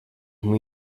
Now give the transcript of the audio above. muy